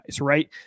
right